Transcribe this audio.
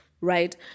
right